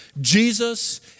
Jesus